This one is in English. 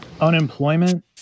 Unemployment